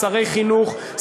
שרי חינוך,